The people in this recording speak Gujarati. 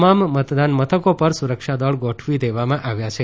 તમામ મતદાન મથકો પર સુરક્ષા દળ ગોઠવી દેવામાં આવ્યા છે